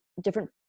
different